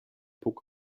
puck